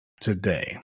today